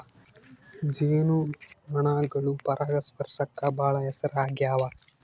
ಜೇನು ನೊಣಗಳು ಪರಾಗಸ್ಪರ್ಶಕ್ಕ ಬಾಳ ಹೆಸರಾಗ್ಯವ